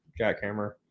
jackhammer